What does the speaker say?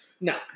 No